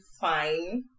fine